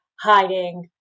hiding